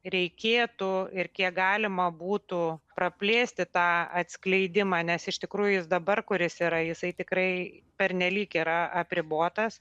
reikėtų ir kiek galima būtų praplėsti tą atskleidimą nes iš tikrųjų jis dabar kur jis yra jisai tikrai pernelyg yra apribotas